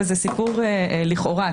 וזה סיפור לכאורה,